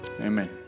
Amen